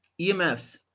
EMFs